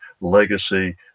legacy